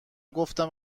گفتم